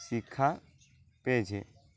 শিক্ষা পেয়েছে